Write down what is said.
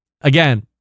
Again